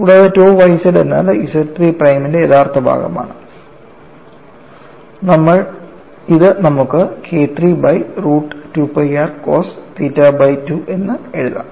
കൂടാതെ tau yz എന്നത് ZIII പ്രൈമിന്റെ യഥാർത്ഥ ഭാഗമാണ് ഇത് നമുക്ക് K III by root 2 pi r cos theta by 2 എന്ന് എഴുതാം